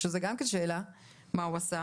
שזה גם כן שאלה מה הוא עשה,